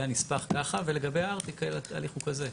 הנספח ככה ולגבי הארטיקל התהליך הוא כזה,